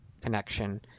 connection